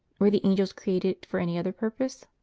were the angels created for any other purpose?